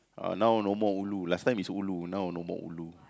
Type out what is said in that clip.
uh now no more ulu last time is ulu now no more ulu